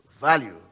value